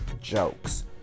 jokes